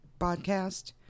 podcast